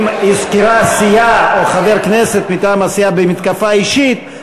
אם הוזכרה סיעה או חבר כנסת מטעם הסיעה במתקפה אישית,